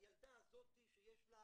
הילדה הזאת שיש לה